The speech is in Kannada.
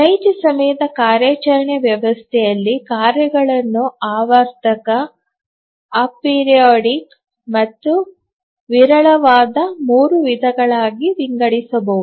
ನೈಜ ಸಮಯದ ಕಾರ್ಯಾಚರಣಾ ವ್ಯವಸ್ಥೆಯಲ್ಲಿ ಕಾರ್ಯಗಳನ್ನು ಆವರ್ತಕ ಅಪೆರಿಯೋಡಿಕ್ ಮತ್ತು ವಿರಳವಾದ ಮೂರು ವಿಧಗಳಾಗಿ ವಿಂಗಡಿಸಬಹುದು